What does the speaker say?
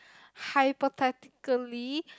hypothetically